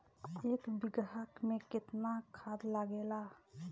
एक बिगहा में केतना खाद लागेला?